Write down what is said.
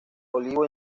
olivo